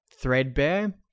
threadbare